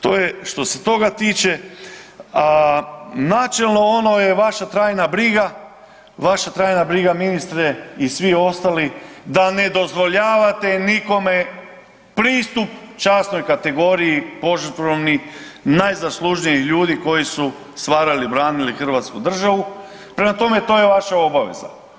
To je što se toga tiče načelno ono je vaša trajna briga, vaša trajna briga ministre i svi ostali da ne dozvoljavate nikome pristup časnoj kategoriji najzaslužnijih ljudi koji su stvarali, branili Hrvatsku državu, prema tome to je vaša obaveza.